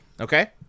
Okay